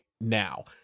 now